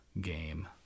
game